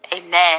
Amen